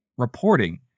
reporting